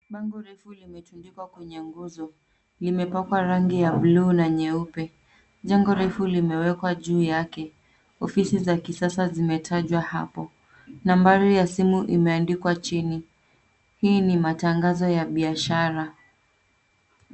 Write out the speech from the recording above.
Bango refu limetundikwa kwenye nguzo. Limepakwa rangi ya bluu na nyeupe. Jengo refu limewekwa juu yake. Ofisi za kisasa zimetajwa hapo. Nambari ya simu imeandikwa chini. Hii ni matangazo ya biashara.